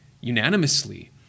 unanimously